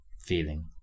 feeling